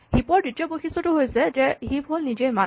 heap ৰ দ্বিতীয় বৈশিষ্টটো হৈছে যে হিপ হ'ল নিজেই মান